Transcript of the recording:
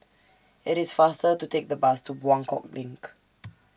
IT IS faster to Take The Bus to Buangkok LINK